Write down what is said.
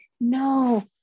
no